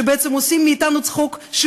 שבעצם עושים מאתנו צחוק,